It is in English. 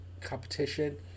competition